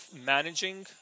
Managing